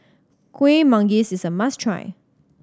Kuih Manggis is a must try